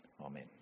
amen